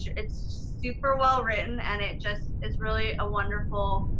it's super well written and it just is really a wonderful.